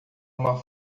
uma